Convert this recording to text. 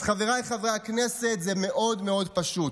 אז חבריי חברי הכנסת, זה מאוד מאוד פשוט: